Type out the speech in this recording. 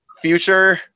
future